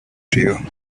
you